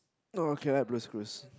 oh okay I like Blue's-Clues